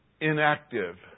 inactive